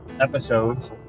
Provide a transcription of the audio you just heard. episodes